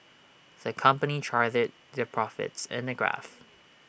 the company charted their profits in A graph